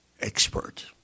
expert